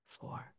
four